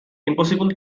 impossible